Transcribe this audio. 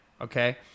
Okay